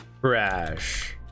Crash